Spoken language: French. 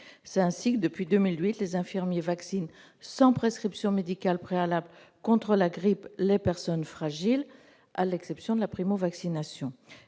C'est ainsi que, depuis 2008, les infirmiers vaccinent sans prescription médicale préalable les personnes fragiles contre la grippe, à l'exception de la primo-vaccination.